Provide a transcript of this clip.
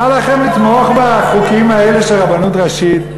מה לכם לתמוך בחוקים האלה של רבנות ראשית?